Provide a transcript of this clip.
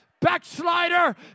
Backslider